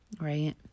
right